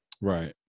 Right